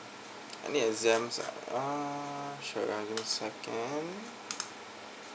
any exam ah ah sure err give me a second